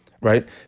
right